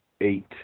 eight